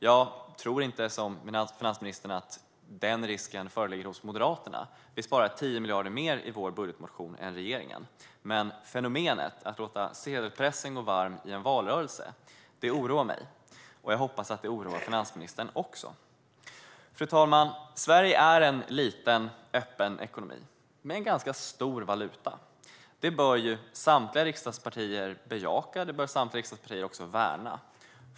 Jag tror inte, som finansministern, att den risken föreligger hos Moderaterna - vi sparar 10 miljarder mer i vår budgetmotion än vad regeringen gör i sin budget. Fenomenet att låta sedelpressen gå varm i en valrörelse oroar mig dock, och jag hoppas att det oroar finansministern också. Fru talman! Sverige är en liten, öppen ekonomi med en ganska stor valuta. Detta bör samtliga riksdagspartier bejaka och värna.